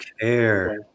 care